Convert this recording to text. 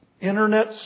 Internet